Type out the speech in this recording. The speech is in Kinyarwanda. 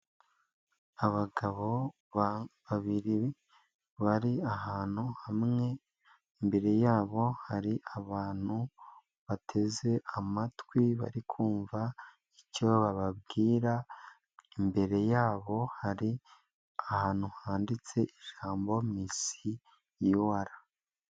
Abagabo babiri bari ahantu hamwe imbere yabo hari abantu bateze amatwi bari kumva icyo bababwira, imbere yaho hari ahantu handitse ijambo MIS UR.